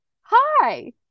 hi